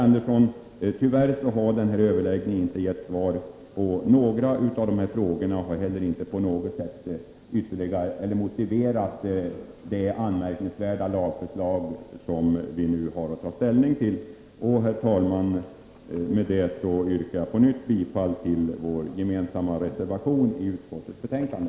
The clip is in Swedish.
Tyvärr, Lennart Andersson, har denna överläggning inte gett svar på några av de här frågorna och inte heller på något sätt motiverat det anmärkningsvärda lagförslag som vi nu har att ta ställning till. Herr talman! Med detta yrkar jag på nytt bifall till vår gemensamma reservation vid utskottets betänkande.